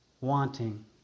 wanting